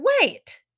wait